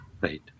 Right